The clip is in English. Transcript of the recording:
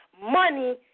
money